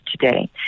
today